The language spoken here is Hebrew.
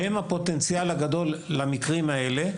שהם הפוטנציאל הגדול למקרים האלה,